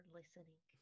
listening